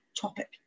topic